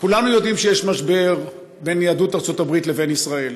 כולנו יודעים שיש משבר בין יהדות ארצות הברית לבין ישראל,